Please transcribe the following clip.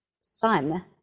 son